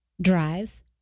drive